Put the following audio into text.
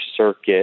circuit